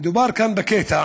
מדובר כאן בקטע